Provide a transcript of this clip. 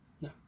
No